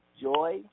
joy